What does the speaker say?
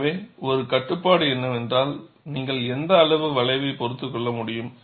எனவே ஒரு கட்டுப்பாடு என்னவென்றால் நீங்கள் எந்த அளவு வளைவை பொறுத்துக்கொள்ள முடியும்